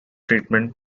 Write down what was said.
treatment